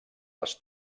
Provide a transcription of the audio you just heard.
les